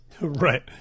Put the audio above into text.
Right